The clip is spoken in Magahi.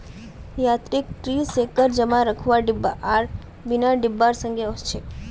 यांत्रिक ट्री शेकर जमा रखवार डिब्बा आर बिना डिब्बार संगे ओसछेक